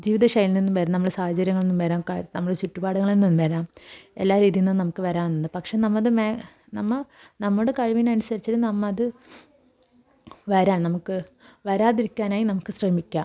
ജീവിതശൈലിയിൽ നിന്നും വരാം നമ്മളുടെ സാഹചര്യങ്ങളിൽ നിന്നും വരാം നമ്മുടെ ചുറ്റുപാടുകളിൽ നിന്നും വരാം എല്ലാ രീതിയിൽ നിന്നും നമുക്ക് വരാറുണ്ട് പക്ഷെ നമ്മളത് മാക്സ് നമ്മൾ നമ്മുടെ കഴിവിനനുസരിച്ച് നമ്മളത് വരാം നമുക്ക് വരാതിരിക്കാനായി നമുക്ക് ശ്രമിക്കാം